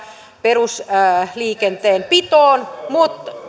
perusliikenteen pitoon